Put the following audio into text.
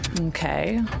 Okay